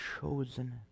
chosen